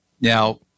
now